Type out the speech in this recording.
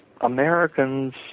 Americans